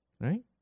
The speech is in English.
right